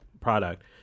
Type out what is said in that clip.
product